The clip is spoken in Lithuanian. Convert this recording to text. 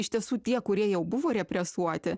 iš tiesų tie kurie jau buvo represuoti